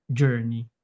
journey